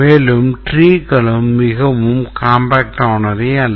மேலும் treeகளும் மிகவும் compact ஆனவை அல்ல